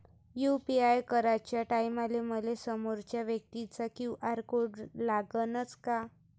UPI कराच्या टायमाले मले समोरच्या व्यक्तीचा क्यू.आर कोड लागनच का?